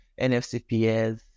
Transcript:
NFCPS